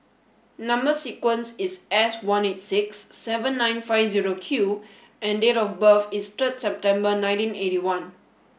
number sequence is S one eight six seven nine five zero Q and date of birth is third September nineteen eighty one